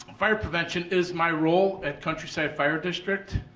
fire prevention is my role at countryside fire district,